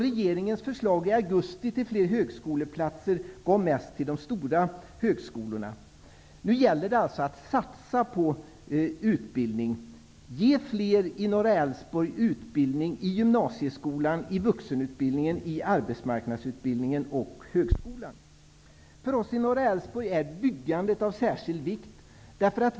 Regeringens förslag i augusti om fler högskoleplatser gav mest till de stora högskolorna. Nu gäller det att satsa på utbildning. Ge fler i Norra För oss i Norra Älvsborg är byggandet av särskild vikt.